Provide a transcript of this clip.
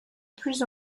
plus